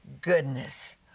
goodness